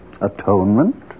Atonement